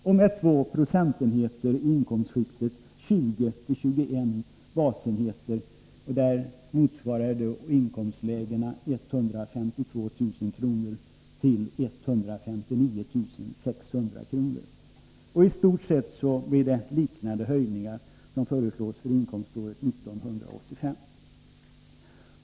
och med 2 procentenheter i inkomstskiktet 20-21 basenheter, där inkomstlägena motsvarar 152 000-159 600 kr. I stort sett blir det liknande höjningar som föreslås för inkomståret 1985.